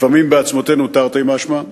לפעמים בעצמותינו תרתי משמע,